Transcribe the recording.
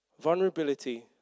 Vulnerability